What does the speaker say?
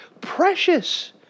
precious